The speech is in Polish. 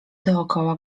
dookoła